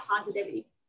positivity